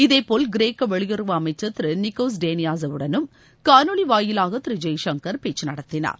இதேபோல் கிரேக்க வெளியுறவு அமைச்சர் திரு நிக்கோஸ் டேன்னியாஸ் வுடனும் காணொலி வாயிலாக திரு ஜெய்சங்கர் பேச்சு நடத்தினார்